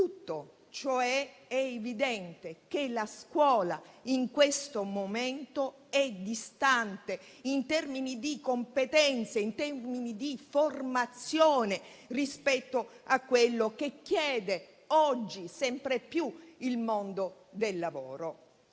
È evidente che la scuola, in questo momento, è distante, in termini di competenze e in termini di formazione, rispetto a quello che chiede oggi sempre più il mondo del lavoro.